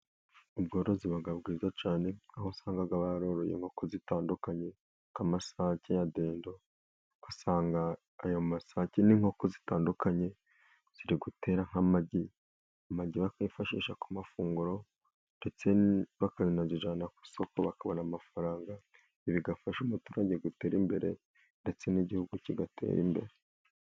Ubworozi buba bwiza cyane, aho usanga baroroye inkoko zitandukanye nk' amasake ya dendo. Ugasanga ayo masake n'inkoko zitandukanye ziri gutera nk'amagi, amagi bakayifashisha ku mafunguro, ndetse bakanayajyana ku isoko bakabona amafaranga. Bigafasha umuturage gutera imbere, ndetse n'igihugu kigatera imbere.